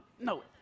no